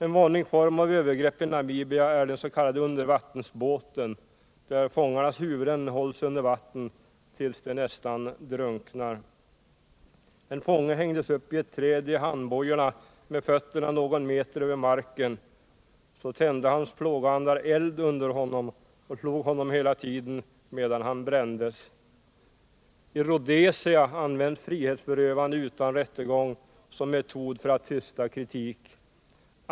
En vanlig form av övergrepp i Namibia är den s.k. undervattensbåten där fångarnas huvuden hålls under vatten tills de nästan drunknar. En fånge hängdes upp i ett träd i handbojorna med fötterna någon meter över marken. Så tände hans plågoandar eld under honom och slog honom hela tiden medan han brändes. I Rhodesia används frihetsberövande utan rättegång som metod för att tysta kritik.